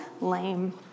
lame